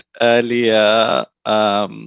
earlier